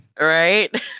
Right